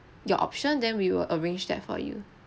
your option then we will arrange that for you